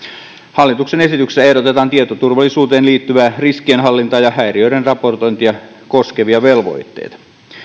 hallituksen esityksessä ehdotetaan tietoturvallisuuteen liittyvää riskienhallintaa ja häiriöiden raportointia koskevia velvoitteita